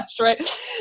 Right